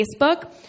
Facebook